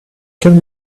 can